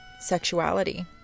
sexuality